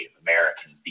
Americans